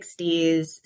60s